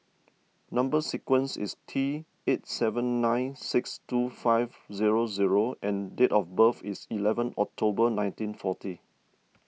Number Sequence is T eights seven nine six two five zero zero and date of birth is eleven October nineteen forty